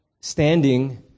standing